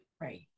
Right